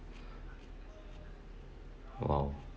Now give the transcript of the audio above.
!wow!